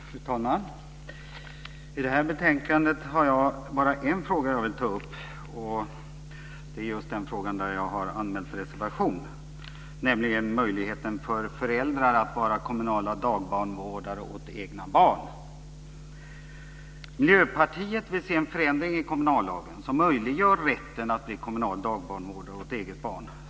Fru talman! Med anledning av detta betänkande har jag bara en fråga som jag vill ta upp, och det är den reservation som jag har anmält. Den handlar om möjligheten för föräldrar att vara kommunala dagbarnvårdare åt sina egna barn. Miljöpartiet vill se en förändring i kommunallagen som möjliggör rätten att bli kommunal dagbarnvårdare åt eget barn.